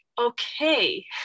okay